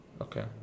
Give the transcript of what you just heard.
Okay